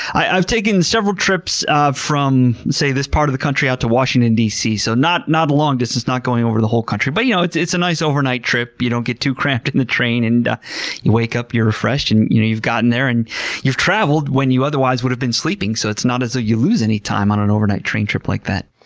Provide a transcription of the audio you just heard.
i've taken several trips ah from this part of the country out to washington dc, so not not a long distance, not going over the whole country, but you know it's it's a nice overnight trip. you don't get too cramped in and the train and you wake up, you're refreshed, and you know you've gotten there. and you've traveled when you otherwise would have been sleeping, so it's not as though you lose any time on an overnight train trip like that.